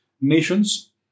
nations